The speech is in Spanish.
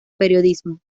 periodismo